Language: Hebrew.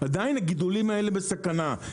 עדיין הגידולים האלה בסכנה.